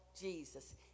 Jesus